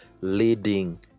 leading